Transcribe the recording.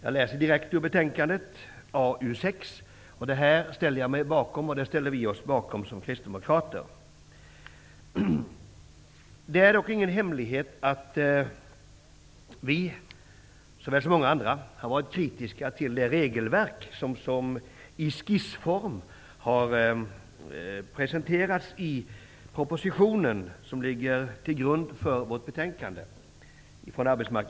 Så står det i betänkande AU6, och det ställer vi kristdemokrater oss bakom. Det är dock ingen hemlighet att vi, som så många andra, har varit kritiska till det regelverk som i skissform har presenterats i den proposition som ligger till grund för arbetsmarknadsutskottets betänkande.